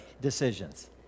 decisions